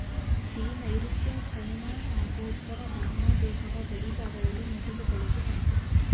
tea ನೈರುತ್ಯ China ಹಾಗೂ ಉತ್ತರ ಬರ್ಮ ದೇಶದ ಗಡಿಭಾಗದಲ್ಲಿ ಮೊದಲು ಬೆಳೆದುಬಂತು